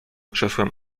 krzesłem